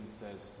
says